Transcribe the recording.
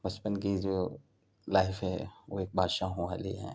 بچپن کی جو لائف ہے وہ ایک بادشاہوں والی ہے